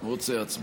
הוא רוצה הצבעה.